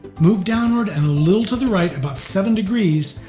move downward and a little to the right, about seven degrees,